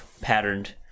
patterned